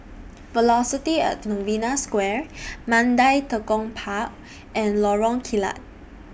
Velocity At Novena Square Mandai Tekong Park and Lorong Kilat